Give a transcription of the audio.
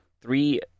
three